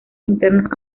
internos